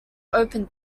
open